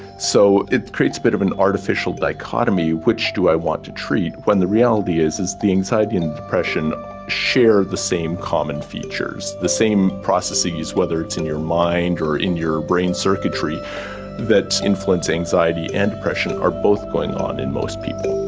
so it creates a bit of an artificial dichotomy which do i want to treat? when the reality is is the anxiety and depression share the same common features, the same processes, whether it's in your mind or in your brain circuitry that is influencing anxiety and depression are both going on in most people.